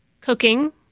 cooking